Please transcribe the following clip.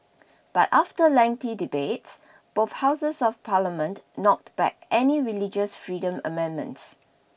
but after lengthy debate both houses of parliament knocked back any religious freedom amendments